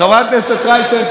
חברת הכנסת רייטן,